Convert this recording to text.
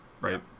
Right